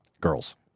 girls